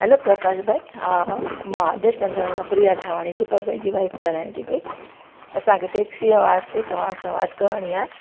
hello Prakash भाई हा मां आदेश नगर मां प्रिया थावाणी दीपक जी वाइफ़ ॻल्हायांव थी पई असांखे टेक्सीअ वास्ते तव्हां सां बात करिणी आहे